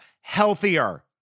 healthier